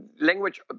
language